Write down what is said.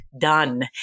done